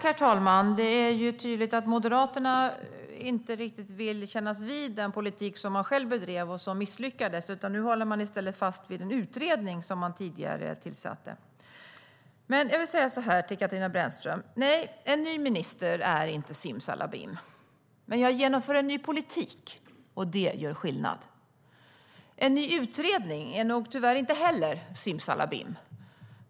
Herr talman! Det är tydligt att Moderaterna inte riktigt vill kännas vid den politik som man själv bedrev och som misslyckades. Nu håller man i stället fast vid den utredning som man tidigare tillsatte. Jag vill säga så här till Katarina Brännström: Nej, en ny minister är inte simsalabim. Men jag genomför en ny politik, och det gör skillnad. En ny utredning är nog tyvärr inte heller simsalabim.